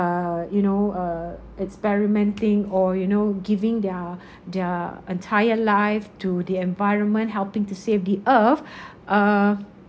you know uh experimenting or you know giving their their entire life to the environment helping to save the earth uh